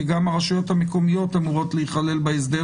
כי גם הרשויות המקומיות אמורות להיכלל בהסדר